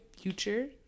future